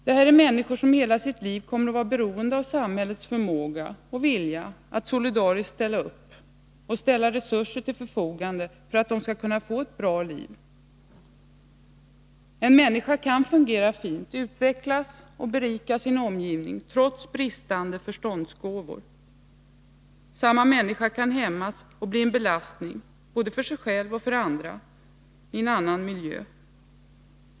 Det här är människor som i hela sitt liv kommer att vara beroende av samhällets förmåga och vilja att solidariskt ställa upp och ställa resurser till förfogande för att de skall kunna få ett bra liv. En människa kan fungera fint, utvecklas och berika sin omgivning, trots bristande förståndsgåvor. Samma människa kan hämmas och bli en belastning, både för sig själv och för andra, i en annan miljö.